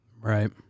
Right